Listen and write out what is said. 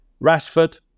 Rashford